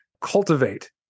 cultivate